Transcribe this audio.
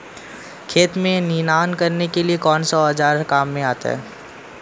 खेत में निनाण करने के लिए कौनसा औज़ार काम में आता है?